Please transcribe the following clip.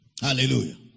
hallelujah